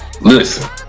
Listen